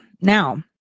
Now